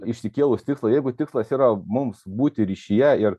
išsikėlus tikslą jeigu tikslas yra mums būti ryšyje ir